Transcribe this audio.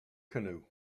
canoe